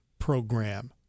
program